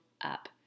up